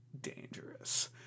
dangerous